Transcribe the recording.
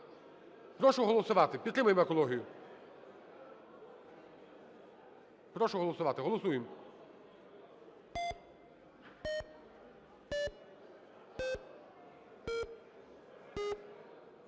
Прошу голосувати, підтримаєм екологію. Прошу проголосувати. Голосуємо.